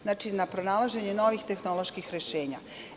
Znači, na pronalaženje novih tehnoloških rešenja.